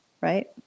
right